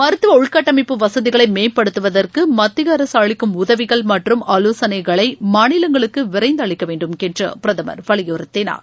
மருத்துவஉள்கட்டமைப்பு வசதிகளைமேம்படுத்துவதற்குமத்தியஅரசுஅளிக்கும் உதவிகள் மற்றம் ஆலோசனைகளைமாநிலங்களுக்குவிரைந்துஅளிக்கவேண்டும் என்றுபிரதமர் வலியுறுத்தினார்